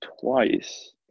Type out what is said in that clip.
twice